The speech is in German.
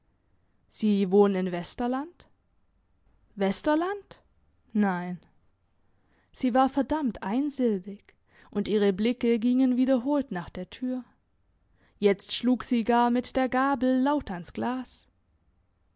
sie wohnen in westerland westerland nein sie war verdammt einsilbig und ihre blicke gingen wiederholt nach der tür jetzt schlug sie gar mit der gabel laut ans glas